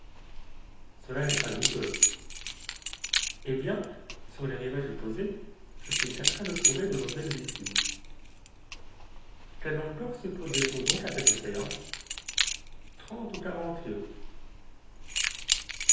cela n'est pas douteux eh bien sur les rivages opposés je suis certain de trouver de nouvelles issues quelle longueur supposez-vous donc à cet océan trente ou